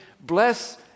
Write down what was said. Bless